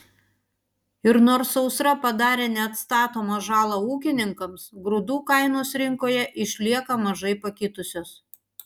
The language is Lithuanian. ir nors sausra padarė neatstatomą žalą ūkininkams grūdų kainos rinkoje išlieka mažai pakitusios